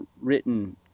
written